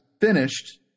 finished